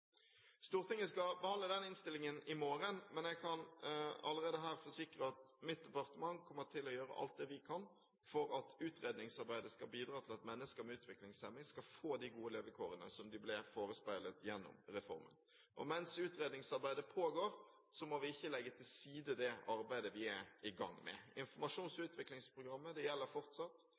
Stortinget skal behandle den innstillingen i morgen, men jeg kan allerede her forsikre at vi i mitt departement kommer til å gjøre alt det vi kan for at utredningsarbeidet skal bidra til at mennesker med utviklingshemning skal få de gode levekårene som de ble forespeilet gjennom reformen. Mens utredningsarbeidet pågår, må vi ikke legge til side det arbeidet vi er i gang med. Informasjons- og utviklingsprogrammet gjelder fortsatt.